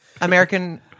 American